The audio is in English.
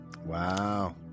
Wow